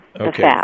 okay